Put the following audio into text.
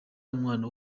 umwana